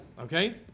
Okay